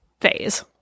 phase